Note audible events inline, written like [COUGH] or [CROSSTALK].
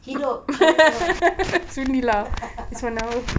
hidup sharmila [LAUGHS]